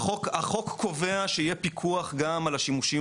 החוק קובע שיהיה פיקוח גם על השימושים